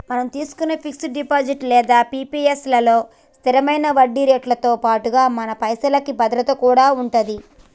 మనం చేసుకునే fix deposit లేదా పి.పి.ఎస్ లలో స్థిరమైన వడ్డీరేట్లతో పాటుగా మన పైసలకి భద్రత కూడా ఉంటది